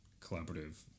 collaborative